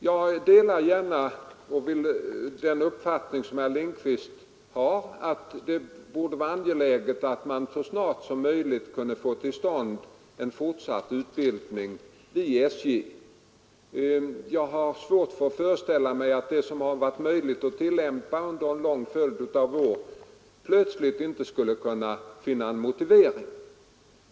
Jag vill gärna säga att jag delar den uppfattningen som herr Lindkvist har, att det vore angeläget att man så snart som möjligt fick till stånd en fortsatt utbildning vid SJ. Jag har svårt att föreställa mig att det som har varit möjligt att tillämpa under en lång följd av år plötsligt inte skulle kunna finna en motivering.